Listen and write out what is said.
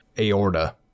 aorta